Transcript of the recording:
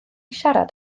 siarad